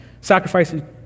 Sacrificing